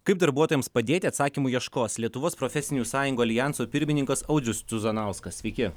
kaip darbuotojams padėti atsakymų ieškos lietuvos profesinių sąjungų aljanso pirmininkas audrius cuzanauskas sveiki